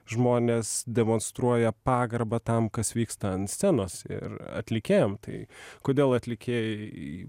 žmonės demonstruoja pagarbą tam kas vyksta ant scenos ir atlikėjam tai kodėl atlikėjai